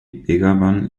begawan